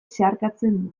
zeharkatzen